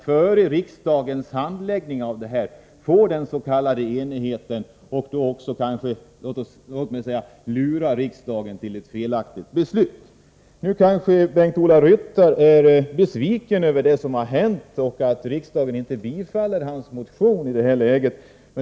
Före riksdagens behandling av detta ärende försökte man nå den s.k. enigheten för att lura riksdagen till ett felaktigt beslut. Kanske Bengt-Ola Ryttar är besviken över det som har hänt och över att riksdagen inte kommer att bifalla hans motion i detta läge.